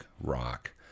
rock